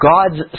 God's